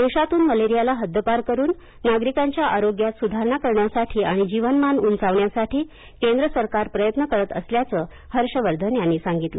देशातून मलेरियाला हद्दपार करून नागरिकांच्या आरोग्यात सुधारणा करण्यासाठी आणि जीवनमान उंचावण्यासाठी केंद्र सरकार प्रयत्न करत असल्याचं हर्ष वर्धन यांनी सांगितलं